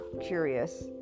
curious